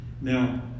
Now